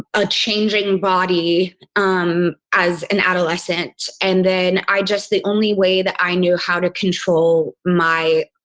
a changing body um as an adolescent. and then i just the only way that i knew how to control my,